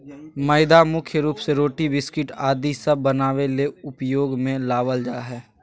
मैदा मुख्य रूप से रोटी, बिस्किट आदि सब बनावे ले उपयोग मे लावल जा हय